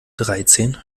dreizehn